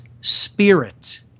spirit